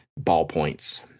ballpoints